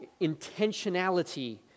intentionality